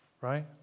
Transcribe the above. right